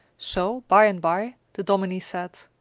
so, by and by, the dominie said,